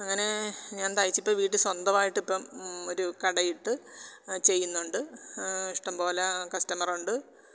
അങ്ങനെ ഞാൻ തയ്ച്ച് ഇപ്പം വീട്ടിൽ സ്വന്തമായിട്ട് ഇപ്പം ഒരു കടയിട്ട് ചെയ്യുന്നുണ്ട് ഇഷ്ടം പോലെ കസ്റ്റമർ ണ്ട്